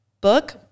book